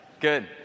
good